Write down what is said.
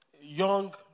young